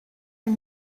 are